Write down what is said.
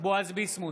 בועז ביסמוט,